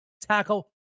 tackle